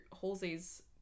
Halsey's